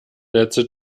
netze